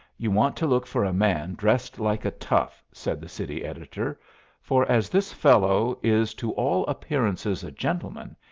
you want to look for a man dressed like a tough, said the city editor for as this fellow is to all appearances a gentleman,